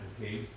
okay